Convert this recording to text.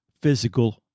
physical